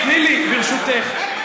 תני לי, ברשותך.